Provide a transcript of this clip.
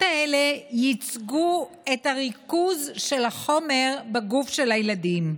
האלה ייצגו את הריכוז של החומר בגוף של הילדים.